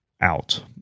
out